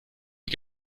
die